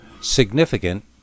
Significant